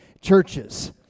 churches